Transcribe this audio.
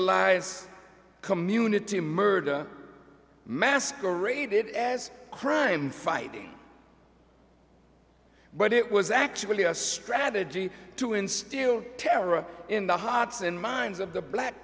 alize community murder masqueraded as crime fighting but it was actually a strategy to instill terror in the hearts and minds of the black